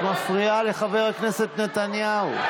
את מפריעה לחבר הכנסת נתניהו.